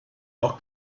auch